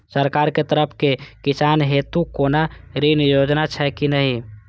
सरकार के तरफ से किसान हेतू कोना ऋण योजना छै कि नहिं?